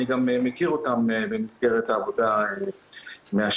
אני גם מכיר אותם במסגרת העבודה מהשטח.